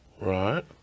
right